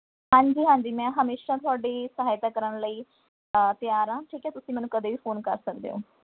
ਹਾਂਜੀ ਹਾਂਜੀ ਮੈਂ ਹਮੇਸ਼ਾ ਤੁਹਾਡੀ ਸਹਾਇਤਾ ਕਰਨ ਲਈ ਤਿਆਰ ਹਾਂ ਠੀਕ ਹੈ ਤੁਸੀਂ ਮੈਨੂੰ ਕਦੇ ਵੀ ਫੋਨ ਕਰ ਸਕਦੇ ਹੋ